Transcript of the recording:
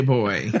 Boy